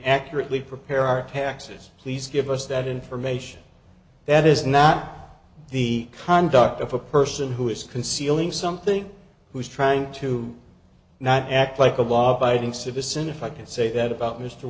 accurately prepare our taxes please give us that information that is not the conduct of a person who is concealing something who is trying to not act like a law abiding citizen if i can say that about m